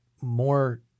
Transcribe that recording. more